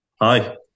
hi